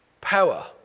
power